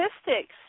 statistics